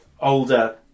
older